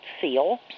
seal